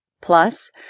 Plus